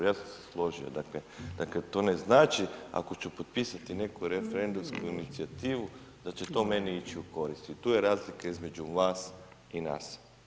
Ja sam se složio, dakle, to ne znači ako ću potpisati neku referendumsku inicijativu, da će to meni ići u korist i tu je razlika između vas i nas.